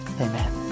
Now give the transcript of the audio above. Amen